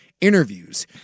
interviews